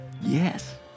Yes